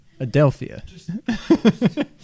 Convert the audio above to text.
Adelphia